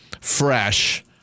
fresh